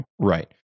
right